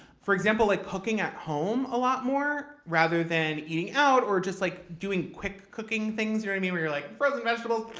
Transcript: for example, like cooking at home a lot more, rather than eating out or just like doing quick cooking things, i mean where you're like, fruits and vegetables,